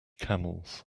camels